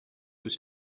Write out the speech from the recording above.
was